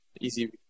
easy